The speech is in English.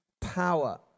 power